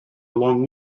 along